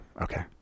okay